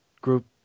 group